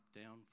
down